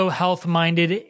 health-minded